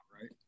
right